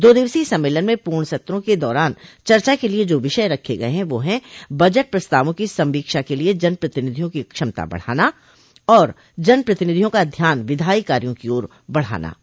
दो दिवसीय सम्मेलन में पूर्ण सत्रा के दौरान चर्चा के लिये जो विषय रखे गये हैं वह है बजट प्रस्तावों की संवोक्षा के लिये जनप्रतिनिधियों की क्षमता बढ़ाना और जनप्रतिनिधियों का ध्यान विधायी कार्यो की ओर बढ़ाना